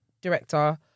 director